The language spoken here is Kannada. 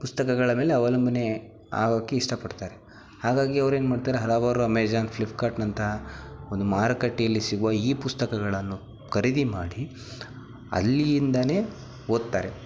ಪುಸ್ತಕಗಳ ಮೇಲೆ ಅವಲಂಬನೆ ಆಗೋಕೆ ಇಷ್ಟಪಡ್ತಾರೆ ಹಾಗಾಗಿ ಅವ್ರೇನು ಮಾಡ್ತಾರೆ ಹಲವಾರು ಅಮೆಜಾನ್ ಫ್ಲಿಪ್ಕಾರ್ಟಿನಂತಹ ಒಂದು ಮಾರುಕಟ್ಟೆಯಲ್ಲಿ ಸಿಗುವ ಈ ಪುಸ್ತಕಗಳನ್ನು ಖರೀದಿ ಮಾಡಿ ಅಲ್ಲಿಂದನೇ ಓದ್ತಾರೆ